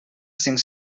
cinc